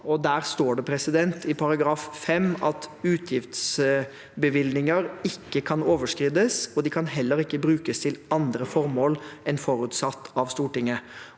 Der står det, i § 5, at utgiftsbevilgninger ikke kan overskrides, og de kan heller ikke brukes til andre formål enn forutsatt av Stortinget.